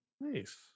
nice